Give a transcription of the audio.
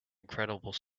incredible